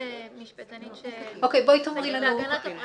משפטנית שמתעסקת בהגנת הפרטיות.